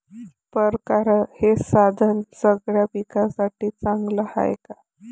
परकारं हे साधन सगळ्या पिकासाठी चांगलं हाये का?